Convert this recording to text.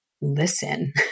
listen